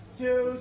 two